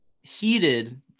heated